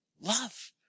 Love